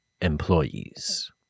employees